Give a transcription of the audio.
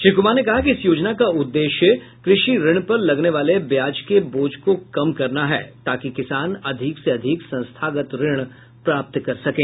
श्री कुमार ने कहा कि इस योजना का उद्देश्य कृषि ऋण पर लगने वाले ब्याज के बोझ को कम करना है ताकि किसान अधिक से अधिक संस्थागत ऋण प्राप्त कर सकें